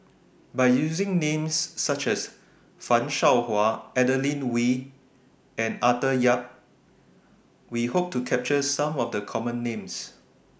By using Names such as fan Shao Hua Adeline Ooi and Arthur Yap We Hope to capture Some of The Common Names